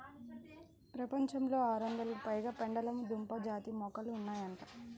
ప్రపంచంలో ఆరొందలకు పైగా పెండలము దుంప జాతి మొక్కలు ఉన్నాయంట